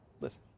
Listen